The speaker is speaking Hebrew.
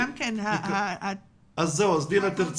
דינה,